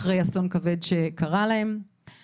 אחרי אסון כבד שקרה להם,